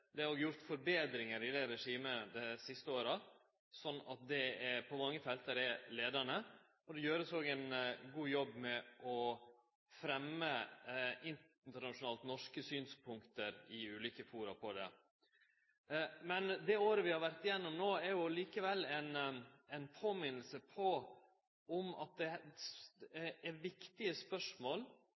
Det er òg gjort forbetringar i det regimet dei siste åra, slik at det på mange felt er leiande, og det vert òg gjort ein god jobb med å fremje norske synspunkt på feltet internasjonalt i ulike fora. Det året vi har vore gjennom no, er likevel ei påminning om at det er viktige spørsmål